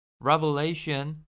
Revelation